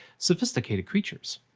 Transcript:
sophisticated creatures.